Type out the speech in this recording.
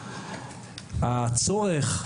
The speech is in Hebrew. הצורך,